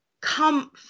come